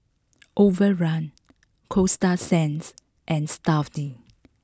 Overrun Coasta Sands and Stuff'd